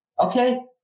Okay